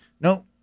No